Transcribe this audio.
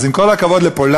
אז עם כל הכבוד לפולניה,